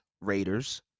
Raiders